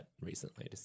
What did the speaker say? recently